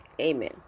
amen